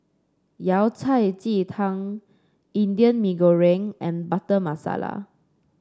Yao Cai Ji Tang Indian Mee Goreng and Butter Masala